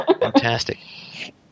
Fantastic